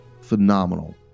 phenomenal